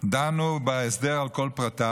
דנו בהסדר על כל פרטיו.